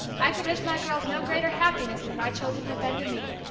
i could wish my girls no greater happiness than my children have been to me,